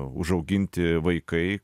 užauginti vaikai